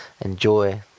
enjoy